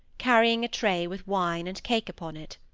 carrying a tray with wine and cake upon it.